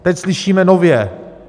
Teď slyšíme nově: